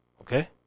okay